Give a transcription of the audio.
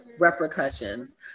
repercussions